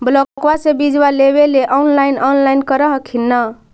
ब्लोक्बा से बिजबा लेबेले ऑनलाइन ऑनलाईन कर हखिन न?